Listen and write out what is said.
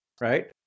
right